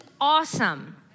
awesome